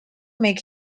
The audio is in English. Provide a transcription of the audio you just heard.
make